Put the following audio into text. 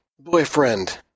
boyfriend